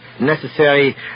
necessary